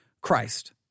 Christ